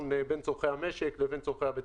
בין צורכי המשק לבין צורכי הבטיחות.